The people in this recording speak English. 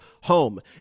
home